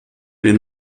den